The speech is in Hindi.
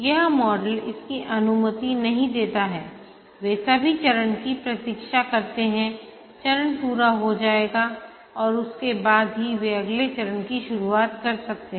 यह मॉडल इसकीअनुमति नहीं देता है वे सभी चरण की प्रतीक्षा करते हैं चरण पूरा हो जाएगा और उसके बाद ही वे अगले चरण की शुरुआत कर सकते हैं